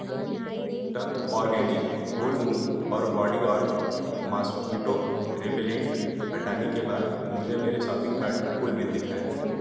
turn organic whole moong और body guard mosquito repellent हटाने के बाद मुझे मेरे शॉपिंग कार्ट का कुल बिल दिखाएँ